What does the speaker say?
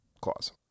clause